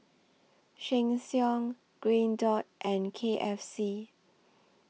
Sheng Siong Green Dot and K F C